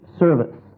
service